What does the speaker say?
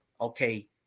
okay